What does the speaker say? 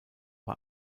bei